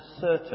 certain